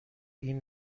این